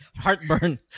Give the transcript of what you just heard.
heartburn